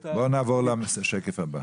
(שקף: זכאים לפי סוג הגמלה).